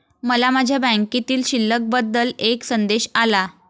मला माझ्या बँकेतील शिल्लक बद्दल एक संदेश आला